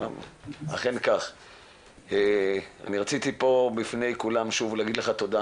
אני רציתי פה בפני כולם שוב להגיד לך תודה